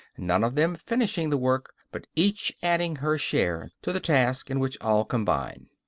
none of them finishing the work but each adding her share to the task in which all combine.